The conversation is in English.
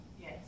Yes